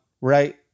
right